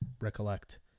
recollect